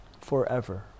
forever